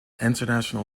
international